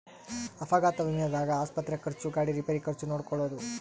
ಅಪಘಾತ ವಿಮೆದಾಗ ಆಸ್ಪತ್ರೆ ಖರ್ಚು ಗಾಡಿ ರಿಪೇರಿ ಖರ್ಚು ನೋಡ್ಕೊಳೊದು